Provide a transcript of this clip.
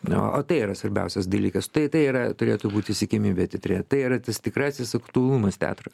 na o tai yra svarbiausias dalykas tai tai yra turėtų būti siekiamybė teatre tai yra tas tikrasis aktualumas teatro